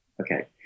okay